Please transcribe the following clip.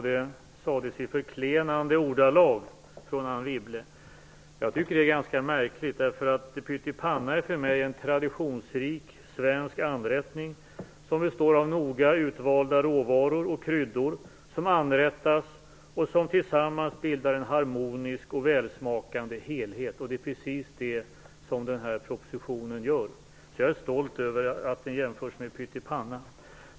Det sades i förklenande ordalag av Jag tycker att det är ganska märkligt, därför att pyttipanna är för mig en traditionsrik svensk anrättning som består av noga utvalda råvaror och kryddor som anrättas och som tillsammans bildar en harmonisk och välsmakande helhet. Det är precis det som den här propositionen gör. Jag är stolt över att den jämförs med pyttipanna.